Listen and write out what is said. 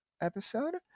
episode